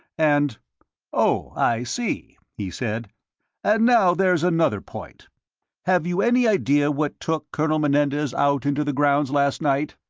and oh, i see, he said and now there's another point have you any idea what took colonel menendez out into the grounds last night?